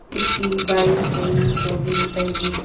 इक्की बाई त्रेही चौह्बी पंजी